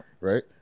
right